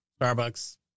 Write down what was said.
Starbucks